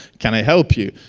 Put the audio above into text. can i help you?